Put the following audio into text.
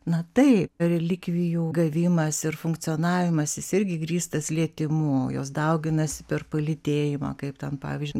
na tai relikvijų gavimas ir funkcionavimas jis irgi grįstas lietimu jos dauginasi per palytėjimą kaip tam pavyzdžiui